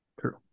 True